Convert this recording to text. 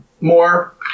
more